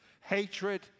Hatred